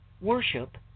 worship